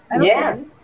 Yes